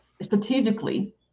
strategically